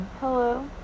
hello